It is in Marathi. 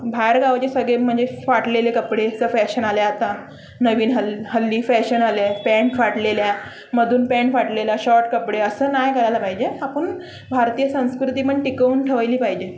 बाहेरगावचे सगळे म्हणजे फाटलेले कपडेचं फॅशन आल्या आता नवीन हल् हल्ली फॅशन आल्यात पँट फाटलेल्या मधून पॅन्ट फाटलेल्या शॉर्ट कपडे असं नाही करायला पाहिजे आपण भारतीय संस्कृती पण टिकवून ठवायली पाहिजे